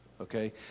okay